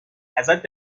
ازت